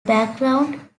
background